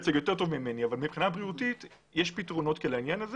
אבל מבחינה בריאותית יש פתרונות כאלה.